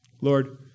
Lord